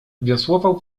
wiosłował